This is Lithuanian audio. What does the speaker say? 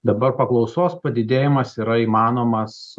dabar paklausos padidėjimas yra įmanomas